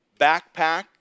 backpack